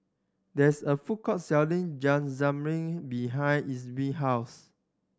there is a food court selling behind house